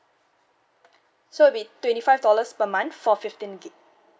so it'll be twenty five dollars per month for fifteen gigabytes